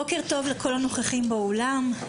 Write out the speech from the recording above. בוקר טוב לכל הנוכחים באולם.